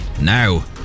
now